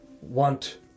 Want